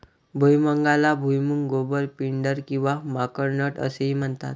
भुईमुगाला भुईमूग, गोबर, पिंडर किंवा माकड नट असेही म्हणतात